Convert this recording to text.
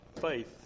faith